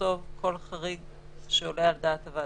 לכתוב כל חריג שעולה על דעת הוועדה,